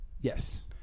Yes